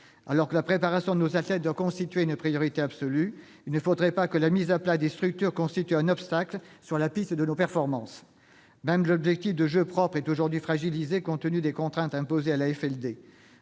Alors que la préparation de nos athlètes doit constituer une priorité absolue, il ne faudrait pas que la mise à plat des structures constitue un obstacle sur la piste de nos performances. Même l'objectif de « jeux propres » est aujourd'hui fragilisé, compte tenu des contraintes imposées à l'AFLD.